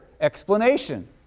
explanation